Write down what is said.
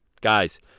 Guys